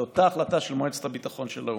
אותה החלטה של מועצת הביטחון של האו"ם.